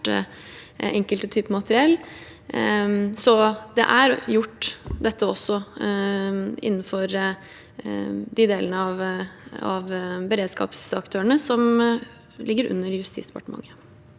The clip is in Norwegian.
enkelte typer materiell. Dette er også gjort innenfor de delene av beredskapsaktørene som ligger under Justisdepartementet.